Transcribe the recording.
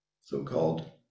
so-called